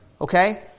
Okay